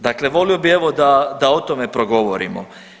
Dakle, volio bi evo da o tome progovorimo.